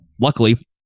luckily